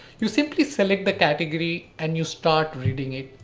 you simply select the category and you start reading it.